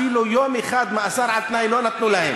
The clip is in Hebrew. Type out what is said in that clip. אפילו יום אחד מאסר על-תנאי לא נתנו להם.